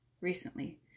recently